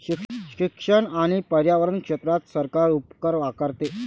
शिक्षण आणि पर्यावरण क्षेत्रात सरकार उपकर आकारते